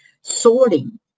sorting